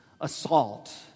assault